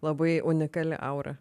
labai unikali aura